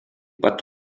pat